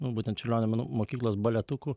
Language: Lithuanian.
būtent čiurlionio menų mokyklos baletukų